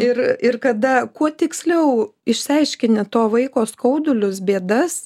ir ir kada kuo tiksliau išsiaiškini to vaiko skaudulius bėdas